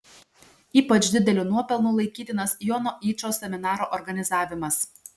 ypač dideliu nuopelnu laikytinas jono yčo seminaro organizavimas